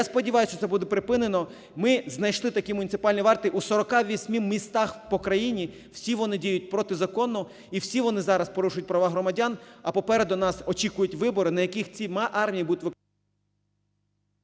сподіваюсь, що це буде припинено. Ми знайшли такі муніципальні варти в 48 містах по країні, всі вони діють протизаконно, і всі вони зараз порушують права громадян, а попереду нас очікують вибори, на яких цими арміями… ГОЛОВУЮЧИЙ.